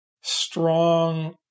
strong